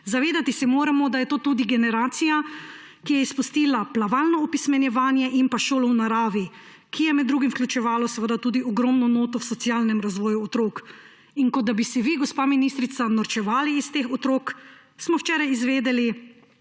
Zavedati se moramo, da je to tudi generacija, ki je izpustila plavalno opismenjevanje in šolo v naravi, ki je med drugim vključevala tudi ogromno noto v socialnem razvoju otrok. In kot da bi se vi, gospa ministrica, norčevali iz teh otrok, smo včeraj izvedeli,